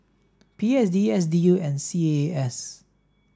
P S D S D U and C A A S